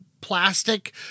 plastic